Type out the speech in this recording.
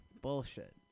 bullshit